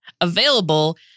available